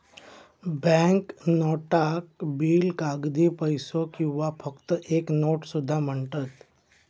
bank नोटाक bill, कागदी पैसो किंवा फक्त एक नोट सुद्धा म्हणतत